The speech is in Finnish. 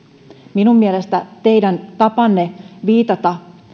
minun mielestä teidän tapanne viitata